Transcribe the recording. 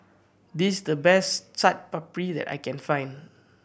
this the best Chaat Papri that I can find